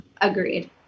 agreed